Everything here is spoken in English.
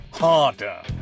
harder